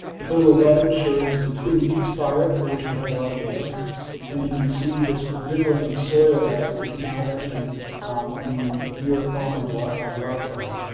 the photo above it shows the twin butte's fire, for which we have a lot of data and you can see this rippling of soil that is now evident in the year following a wildfire.